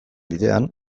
bidean